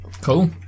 Cool